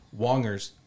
Wongers